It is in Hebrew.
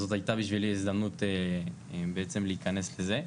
זאת היתה בשבילי הזדמנות בעצם להיכנס לזה.